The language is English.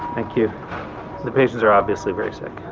thank you the patients are obviously very sick.